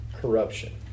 corruption